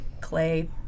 clay